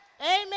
Amen